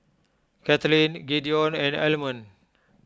Kathlene Gideon and Almon